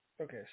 Okay